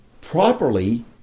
properly